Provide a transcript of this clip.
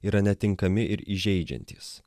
yra netinkami ir įžeidžiantys